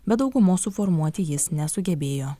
bet daugumos suformuoti jis nesugebėjo